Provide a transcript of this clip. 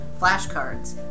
Flashcards